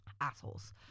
assholes